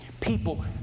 People